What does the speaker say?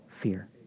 fear